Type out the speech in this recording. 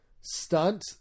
stunt